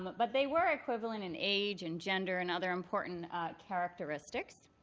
um but but they were equivalent in age, and gender, and other important characteristics.